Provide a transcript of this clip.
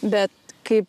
bet kaip